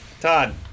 todd